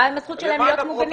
מה עם הזכות שלהם להיות מוגנים?